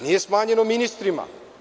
Nije smanjeno ministrima.